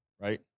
right